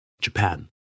Japan